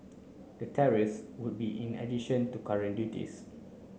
the Terre's would be in addition to current duties